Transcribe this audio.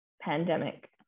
pandemic